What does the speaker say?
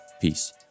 Peace